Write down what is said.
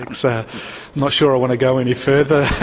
like so not sure i want to go any further